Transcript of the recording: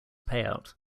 payout